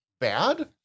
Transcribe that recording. bad